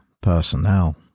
personnel